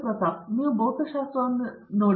ಪ್ರತಾಪ್ ಹರಿಡೋಸ್ ಈಗ ನೀವು ಭೌತಶಾಸ್ತ್ರವನ್ನು ನೋಡಿ